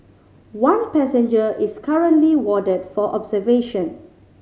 one passenger is currently warded for observation